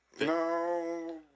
No